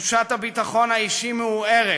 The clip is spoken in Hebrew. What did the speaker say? תחושת הביטחון האישי מעורערת,